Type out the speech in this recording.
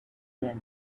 din